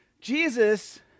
Jesus